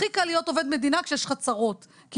הכי קל להיות עובד מדינה כשיש לך צרות כי